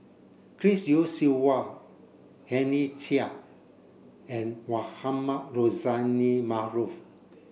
Chris Yeo Siew Hua Henry Chia and Mohamed Rozani Maarof